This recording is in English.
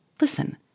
Listen